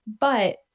But-